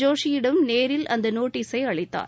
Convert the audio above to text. ஜோஷியிடம் நேரில் அந்த நோட்டீசை அளித்தார்